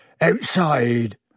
outside